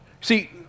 See